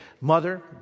mother